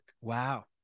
Wow